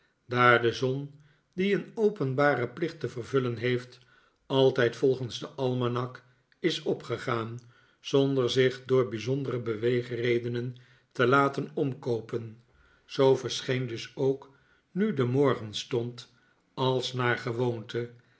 daar de zon die een openbaren plicht te vervullen heeft altijd volgens den almanak is opgegaan zonder zich door bijzondere beweegredenen te laten omkoopen zoo verscheen dus ook nu de morgenstond als naar gewoonte